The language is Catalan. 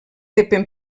depèn